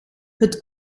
het